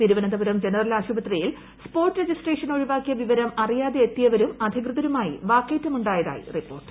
Thiruvananthapuram general ആശുപത്രിയിൽ spot registration ഒഴിവാക്കിയ വിവരം അറിയാതെ എത്തിയവരും അധികൃതരുമായി വാക്കേറ്റമുണ്ടായതായി റിപ്പോർട്ട്